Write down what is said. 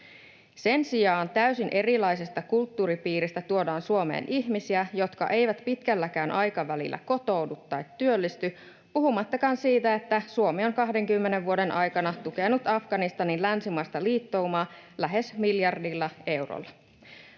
Sen sijaan täysin erilaisesta kulttuuripiiristä tuodaan Suomeen ihmisiä, jotka eivät pitkälläkään aikavälillä kotoudu tai työllisty, puhumattakaan siitä, että Suomi on 20 vuoden aikana tukenut Afganistanin länsimaista liittoumaa lähes miljardilla eurolla.